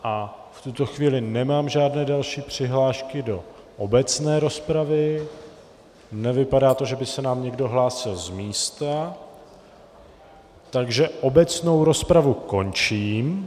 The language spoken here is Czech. V tuto chvíli nemám žádné další přihlášky do obecné rozpravy, nevypadá to, že by se nám někdo hlásil z místa, takže obecnou rozpravu končím.